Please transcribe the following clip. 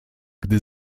gdy